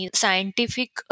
scientific